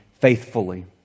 faithfully